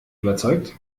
überzeugt